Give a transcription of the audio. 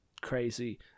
crazy